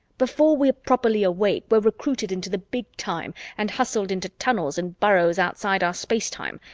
before we're properly awake, we're recruited into the big time and hustled into tunnels and burrows outside our space-time,